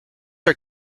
are